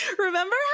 Remember